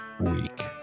week